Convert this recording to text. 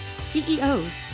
CEOs